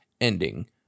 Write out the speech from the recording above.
ending